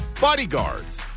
Bodyguards